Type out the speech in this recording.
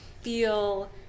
feel